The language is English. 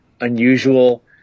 unusual